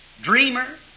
Dreamer